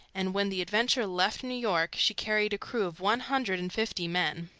and when the adventure left new york she carried a crew of one hundred and fifty-five men.